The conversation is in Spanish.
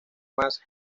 más